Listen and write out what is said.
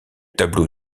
tableau